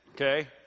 okay